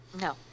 No